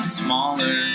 smaller